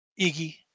iggy